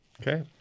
Okay